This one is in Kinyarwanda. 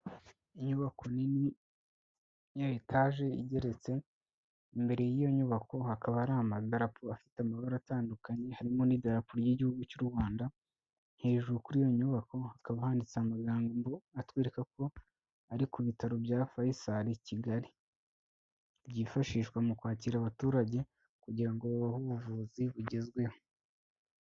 Inyubako nini ya etaje igeretse, imbere y'iyo nyubako hakaba hari amadarapo afite amabara atandukanye harimo n'idarapo ry'igihugu cy'u Rwanda, hejuru kuri iyo nyubako hakaba handitse amagambo atwereka ko ari ku bitaro bya Faisal Kigali, byifashishwa mu kwakira abaturage kugira ngo babahe ubuvuzi bugezweho.